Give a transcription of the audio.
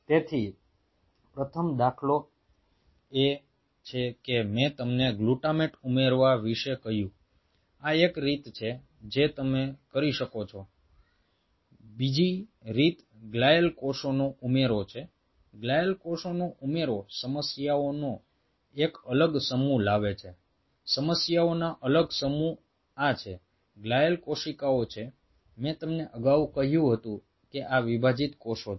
તેથી પ્રથમ દાખલો એ છે કે મેં તમને ગ્લુટામેટ ઉમેરવા વિશે કહ્યું આ એક રીત છે જે તમે કરી શકો છો બીજી રીત ગ્લિઅલ કોષોનો ઉમેરો છે ગ્લિઅલ કોષોનો ઉમેરો સમસ્યાઓનો એક અલગ સમૂહ લાવે છે સમસ્યાઓનો અલગ સમૂહ આ છે ગ્લિઅલ કોશિકાઓ છે મેં તમને અગાઉ કહ્યું હતું કે આ વિભાજીત કોષો છે